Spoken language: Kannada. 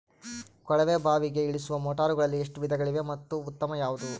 ಕೊಳವೆ ಬಾವಿಗೆ ಇಳಿಸುವ ಮೋಟಾರುಗಳಲ್ಲಿ ಎಷ್ಟು ವಿಧಗಳಿವೆ ಮತ್ತು ಉತ್ತಮ ಯಾವುದು?